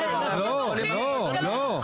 לא, הם לא הולכים, זה לא נכון.